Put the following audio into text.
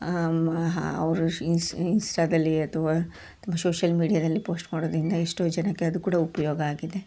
ಅವರು ಇನ್ಷ್ ಇನ್ಸ್ಟಾದಲ್ಲಿ ಅಥವಾ ಸೋಶಲ್ ಮೀಡಿಯಾದಲ್ಲಿ ಪೋಸ್ಟ್ ಮಾಡೋದರಿಂದ ಎಷ್ಟೋ ಜನಕ್ಕೆ ಅದು ಕೂಡ ಉಪಯೋಗ ಆಗಿದೆ